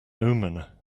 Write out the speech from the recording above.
omen